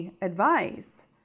advice